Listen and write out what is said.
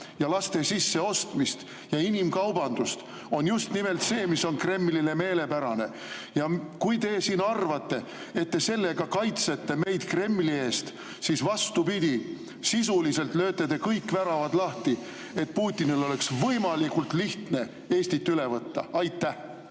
ja laste sisseostmist ja inimkaubandust, on just nimelt see, mis on Kremlile meelepärane. Kui teie arvate, et sellega kaitsete meid Kremli eest, siis vastupidi – sisuliselt lööte te kõik väravad lahti, et Putinil oleks võimalikult lihtne Eestit üle võtta. Aitäh!